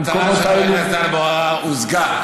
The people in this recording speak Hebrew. המטרה של חבר הכנסת טלב אבו עראר הושגה.